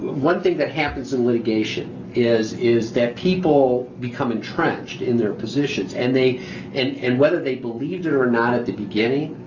one thing that happens in litigation is is that people become entrenched in their positions, and and and whether they believe it or not at the beginning,